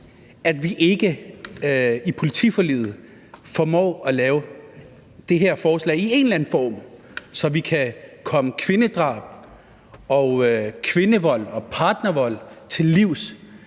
at vi ikke i politiforliget formår at lave det her forslag i en eller anden form, så vi kan komme kvindedrab og kvindevold og partnervold til livs,